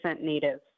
native